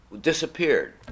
disappeared